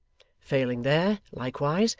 failing there, likewise,